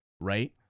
Right